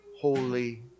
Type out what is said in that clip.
holy